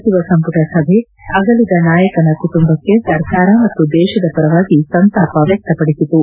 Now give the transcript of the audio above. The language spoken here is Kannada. ಸಚಿವ ಸಂಪುಟ ಸಭೆ ಅಗಲಿದ ನಾಯಕನ ಕುಟುಂಬಕ್ಕೆ ಸರ್ಕಾರ ಮತ್ತು ದೇಶದ ಪರವಾಗಿ ಸಂತಾಪ ವ್ಯಕ್ತಪಡಿಸಿತು